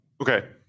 Okay